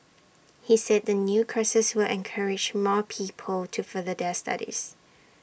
he said the new courses will encourage more people to further their studies